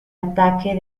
ataque